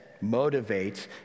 motivate